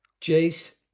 Jace